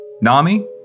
Nami